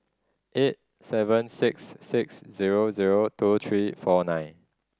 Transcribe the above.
eight seven six six zero zero two three four nine